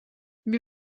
wir